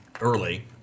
early